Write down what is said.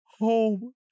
Home